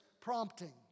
prompting